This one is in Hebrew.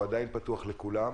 והוא עדיין פתוח לכולם.